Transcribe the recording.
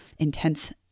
intense